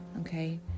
okay